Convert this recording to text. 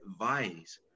advice